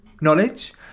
knowledge